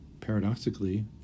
paradoxically